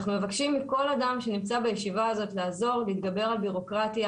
אנחנו מבקשים מכל אדם שנמצא בישיבה הזאת לעזור להתגבר על בירוקרטיה